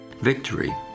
Victory